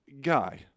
guy